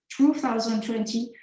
2020